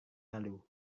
lalu